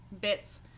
bits